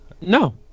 No